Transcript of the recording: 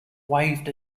waved